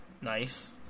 Nice